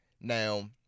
now